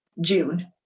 June